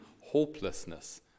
hopelessness